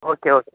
okay okay